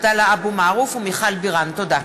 עבדאללה אבו מערוף ומיכל בירן בנושא: